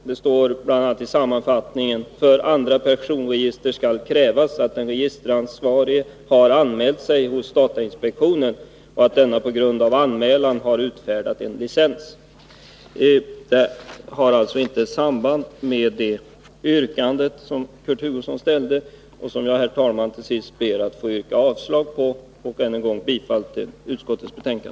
I sammanfattningen på första sidan står det bl.a.: ”För andra personregister skall krävas att den registeransvarige har anmält sig hos datainspektionen och att denna på grund av anmälan har utfärdat en licens.” Herr talman! Det finns alltså inte något samband med Kurt Hugossons yrkande, vilket jag till sist ber att få yrka avslag på. Än en gång yrkar jag bifall till utskottets hemställan.